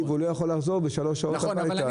והוא לא יכול לחזור הביתה באמצע העבודה.